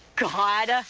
god.